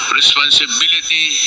responsibility